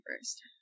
first